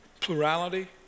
plurality